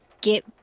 get